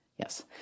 Yes